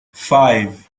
five